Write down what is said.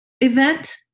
event